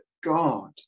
God